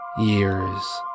years